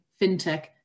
fintech